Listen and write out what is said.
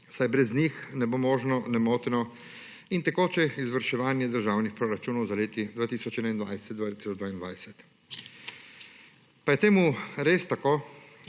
saj brez njih ne bo možno nemoteno in tekoče izvrševanje državnih proračunov za leti 2021, 2022. Pa je to res tako